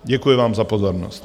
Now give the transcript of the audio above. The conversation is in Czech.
Děkuji vám za pozornost.